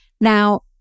Now